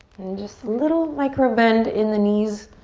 and just a little micro bend in the knees,